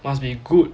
must be good